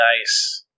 Nice